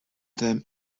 them